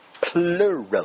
Plural